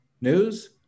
news